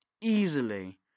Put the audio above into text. easily